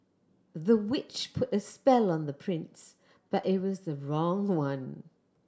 the witch put a spell on the prince but it was the wrong one